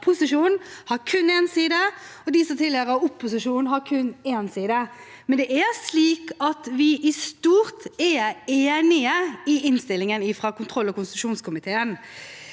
posisjon, kun ser én side, og de som tilhører opposisjonen, kun ser én side, men det er slik at vi i stort er enige i innstillingen fra kontroll- og konstitusjonskomiteen.